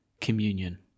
communion